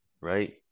right